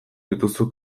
dituzu